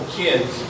kids